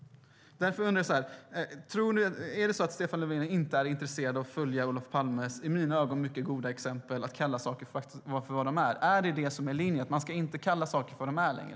Därför undrar jag: Är det så att Stefan Löfven inte är intresserad av att följa Olof Palmes i mina ögon mycket goda exempel att kalla saker det de faktiskt är? Är detta linjen, att man inte längre ska kalla saker det de är?